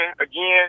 again